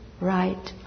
right